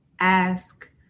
ask